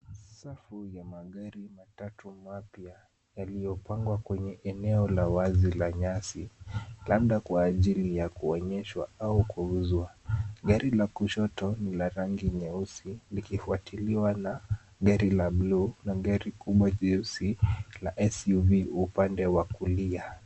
Safu ya magari matatu mapya yaliyopangwa kwenye eneo la wazi la nyasi, labda kwa ajili ya kuonyeshwa au kuuzwa. Gari la kushoto ni la rangi nyeusi, likifuatiliwa na gari la buluu na gari kubwa jeusi la SUV upande wa kulia.